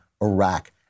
Iraq